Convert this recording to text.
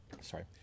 sorry